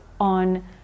on